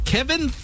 Kevin